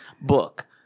book